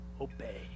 obey